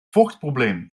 vochtprobleem